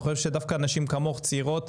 אני חושב שדווקא אנשים כמוך צעירות,